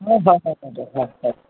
হয় হয় হয় হয়